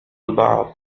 البعض